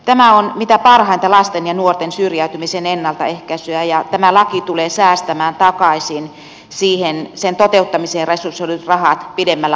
tämä on mitä parhainta lasten ja nuorten syrjäytymisen ennaltaehkäisyä ja tämä laki tulee säästämään takaisin sen toteuttamiseen resursoidut rahat pidemmällä aikavälillä